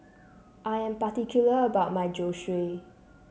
I am particular about my Zosui